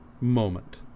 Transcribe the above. moment